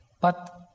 but